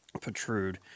protrude